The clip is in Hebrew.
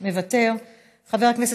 מוותר,